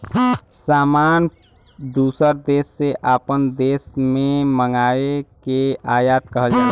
सामान दूसर देस से आपन देश मे मंगाए के आयात कहल जाला